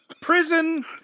prison